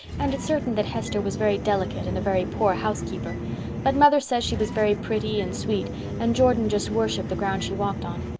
and it's certain that hester was very delicate and a very poor housekeeper but mother says she was very pretty and sweet and jordan just worshipped the ground she walked on.